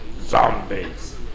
zombies